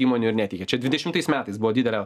įmonių ir neteikia tik čia dvidešimtais metais buvo didelė